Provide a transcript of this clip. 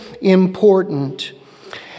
important